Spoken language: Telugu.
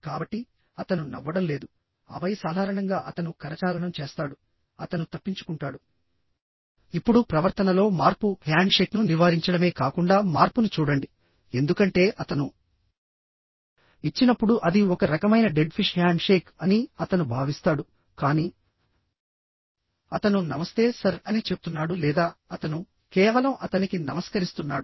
కాబట్టి అతను నవ్వడం లేదు ఆపై సాధారణంగా అతను కరచాలనం చేస్తాడు అతను తప్పించుకుంటాడు ఇప్పుడు ప్రవర్తనలో మార్పు హ్యాండ్షేక్ను నివారించడమే కాకుండా మార్పును చూడండి ఎందుకంటే అతను ఇచ్చినప్పుడు అది ఒక రకమైన డెడ్ ఫిష్ హ్యాండ్షేక్ అని అతను భావిస్తాడు కానీ అతను నమస్తే సర్ అని చెప్తున్నాడు లేదా అతను కేవలం అతనికి నమస్కరిస్తున్నాడు